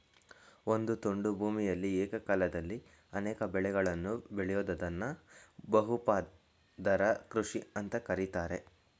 ಒಂದು ತುಂಡು ಭೂಮಿಯಲಿ ಏಕಕಾಲದಲ್ಲಿ ಅನೇಕ ಬೆಳೆಗಳನ್ನು ಬೆಳಿಯೋದ್ದನ್ನ ಬಹು ಪದರ ಕೃಷಿ ಅಂತ ಕರೀತಾರೆ